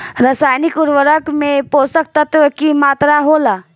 रसायनिक उर्वरक में पोषक तत्व की मात्रा होला?